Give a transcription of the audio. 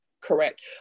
Correct